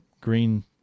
green